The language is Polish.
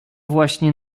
właśnie